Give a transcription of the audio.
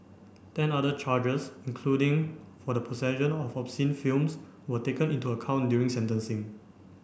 ten other charges including for the possession of obscene films were taken into account during sentencing